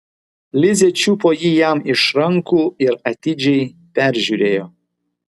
lizė čiupo jį jam iš rankų ir atidžiai peržiūrėjo